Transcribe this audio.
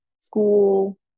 school